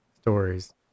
stories